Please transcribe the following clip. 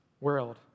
world